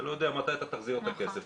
אתה לא יודע מתי אתה תחזיר את הכסף,